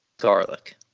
garlic